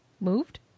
Moved